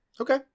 Okay